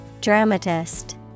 Dramatist